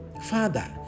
father